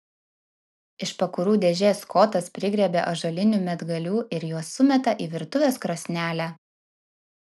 iš pakurų dėžės skotas prigriebia ąžuolinių medgalių ir juos sumeta į virtuvės krosnelę